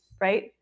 right